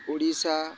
Odisha